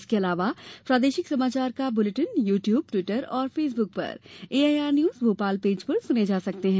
इसके अलावा प्रादेशिक समाचार बुलेटिन यू ट्यूब ट्विटर और फेसबुक पर एआईआर न्यूज भोपाल पेज पर सुने जा सकते हैं